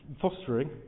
fostering